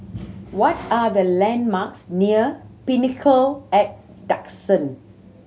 what are the landmarks near Pinnacle at Duxton